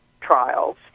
trials